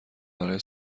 برای